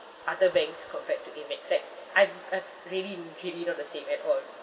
other banks compared to Amex rep I'm uh really really not the same at all